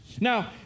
Now